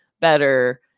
better